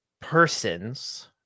Persons